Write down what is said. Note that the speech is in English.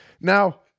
Now